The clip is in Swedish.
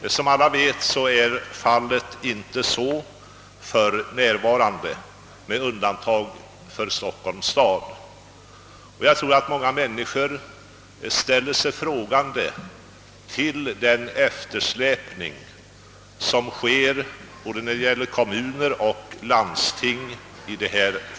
Såsom alla vet, är detta inte fallet för närvarande — med undantag för Stockholms stad. Jag tror att många människor ställer sig frågande till den eftersläpning, som här sker när det gäller både kommuner och landsting.